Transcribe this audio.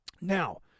Now